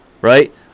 Right